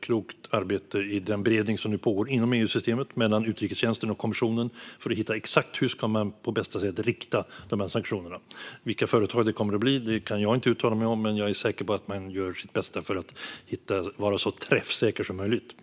klokt arbete i den beredning som nu pågår inom EU-systemet mellan utrikestjänsten och kommissionen för att ta fram exakt hur sanktionerna ska riktas på bästa sätt. Vilka företag det kommer att bli kan jag inte uttala mig om, men jag är säker på att man gör sitt bästa för att vara så träffsäker som möjligt.